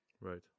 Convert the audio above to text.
Right